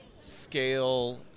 scale